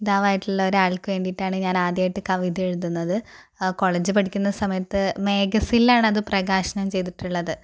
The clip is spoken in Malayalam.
താവായിട്ടുള്ള ഒരു ആൾക്ക് വേണ്ടിയിട്ടാണ് ഞാൻ ആദ്യമായിട്ട് കവിത എഴുതുന്നത് കോളേജിൽ പഠിക്കുന്ന സമയത്ത് മാഗസിനിലാണ് അത് പ്രകാശനം ചെയ്തിട്ടുള്ളത്